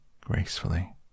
gracefully